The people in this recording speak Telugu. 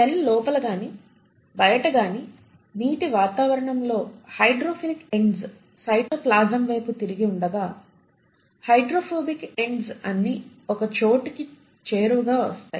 సెల్ లోపల గాని బయట గాని నీటి వాతావరణం లో హైడ్రోఫిలిక్ ఎండ్స్ సైటోప్లాస్మ్ వైపు తిరిగి ఉండగా హైడ్రోఫోబిక్ ఎండ్స్ అన్ని ఒక చోటికి చేరువగా వస్తాయి